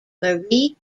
marie